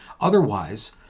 Otherwise